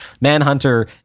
Manhunter